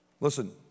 Listen